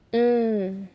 mm